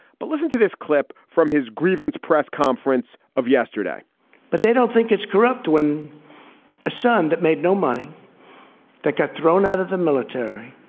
but listen to this clip from his grievance press conference of yesterday but they don't think it's corrupt. when a son that made no money that got thrown out of the military,